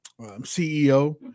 CEO